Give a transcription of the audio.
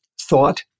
thought